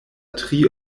tri